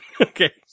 okay